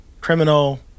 Criminal